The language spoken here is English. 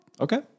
Okay